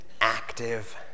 active